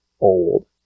old